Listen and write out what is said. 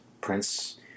Prince